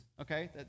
okay